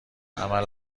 عمل